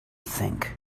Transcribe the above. think